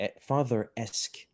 father-esque